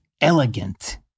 elegant